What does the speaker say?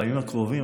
בימים הקרובים,